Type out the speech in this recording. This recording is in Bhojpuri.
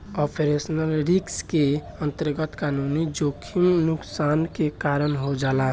ऑपरेशनल रिस्क के अंतरगत कानूनी जोखिम नुकसान के कारन हो जाला